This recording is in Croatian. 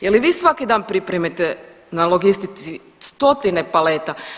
Je li vi svaki dan pripremite na logistici stotine paleta?